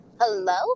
hello